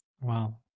Wow